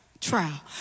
trial